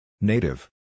Native